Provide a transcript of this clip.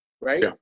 right